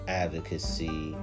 advocacy